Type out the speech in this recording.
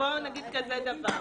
בוא נגיד כזה דבר,